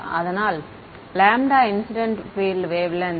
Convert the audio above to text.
அதனால் λ incident field wavelength